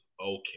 okay